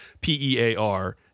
P-E-A-R